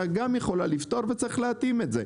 גם יכולה לפתור וצריך להתאים את זה,